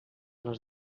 les